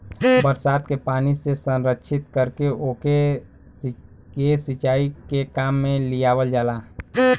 बरसात के पानी से संरक्षित करके ओके के सिंचाई के काम में लियावल जाला